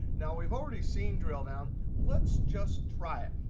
now we've already seen drill down. let's just try it.